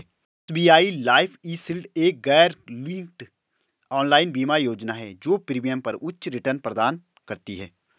SBI life eShield एक गैरलिंक्ड online बीमा योजना है जो प्रीमियम पर उच्च रिटर्न प्रदान करती है